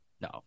No